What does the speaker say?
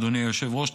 אדוני היושב-ראש,